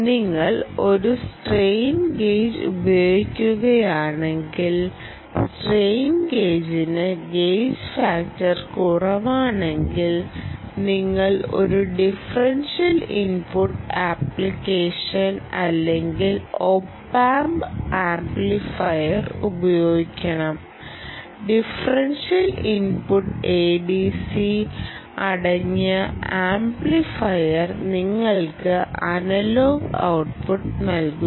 നിങ്ങൾ ഒരു strain gauge ഉപയോഗിക്കുകയാണെങ്കിൽ സ്ട്രെയിൻ ഗേജിന് ഗേജ് ഫാക്ടർ കുറവാണെങ്കിൽ നിങ്ങൾ ഒരു ഡിഫറൻഷ്യൽ ഇൻപുട്ട് ആംപ്ലിഫയർ അല്ലെങ്കിൽ OPAMP ആംപ്ലിഫയർ ഉപയോഗിക്കണം ഡിഫറൻഷ്യൽ ഇൻപുട്ട് ADC അടങ്ങിയ ആംപ്ലിഫയർ നിങ്ങൾക്ക് അനലോഗ് ഔട്ട്പുട്ട് നൽകുന്നു